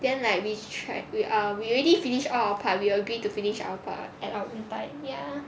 then like we tried we uh we already finish all our part we agreed to finish our part and I like ya